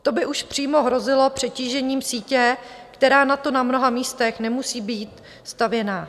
To by už přímo hrozilo přetížením sítě, která na to na mnoha místech nemusí být stavěná.